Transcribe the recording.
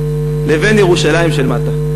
לבין ירושלים של מטה.